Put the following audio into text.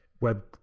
web